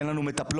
אין לנו מטפלות,